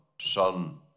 Son